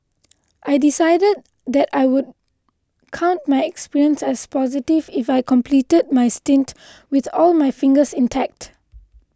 I decided that I would count my experience as positive if I completed my stint with all my fingers intact